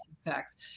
sex